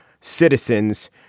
citizens